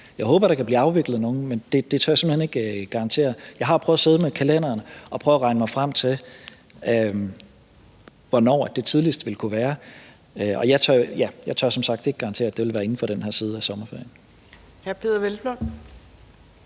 Jeg håber, at der kan blive afviklet nogle, men jeg tør simpelt hen ikke garantere det. Jeg har prøvet at sidde med kalenderen og prøvet at regne mig frem til, hvornår det tidligst vil kunne være, men jeg tør som sagt ikke garantere, at det vil være inden for den her side af sommerferien.